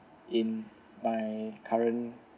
in my current